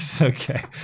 okay